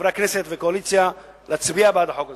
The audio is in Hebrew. מחברי הכנסת ומהקואליציה להצביע בעד החוק הזה.